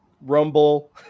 Rumble